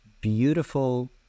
beautiful